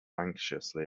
anxiously